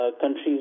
Countries